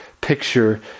picture